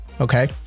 Okay